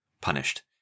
punished